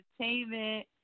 Entertainment